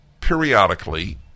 periodically